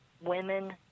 women